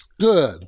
Good